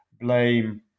blame